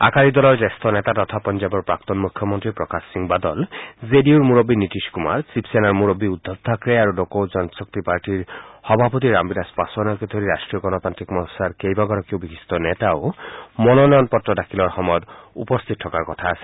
আকালী দলৰ জ্যেষ্ঠ নেতা তথা পঞ্জাবৰ প্ৰাক্তন মুখ্যমন্ত্ৰী প্ৰকাশ সিং বাদল জেডিইউৰ মূৰববী নীতিশ কুমাৰ শিৱসেনাৰ মুৰবী উদ্ধৱ থাকৰে আৰু লোক জনশক্তি পাৰ্টীৰ সভাপতি ৰামবিলাস পাছোৱানকে ধৰি ৰাষ্ট্ৰীয় গণতান্ত্ৰিক মৰ্চাৰ কেইবাগৰাকীও বিশিষ্ট নেতায়ো মনোয়ন দাখিলৰ সময়ত উপস্থিত থকাৰ কথা আছে